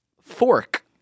Fork